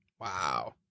Wow